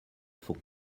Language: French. fond